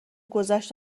گذشت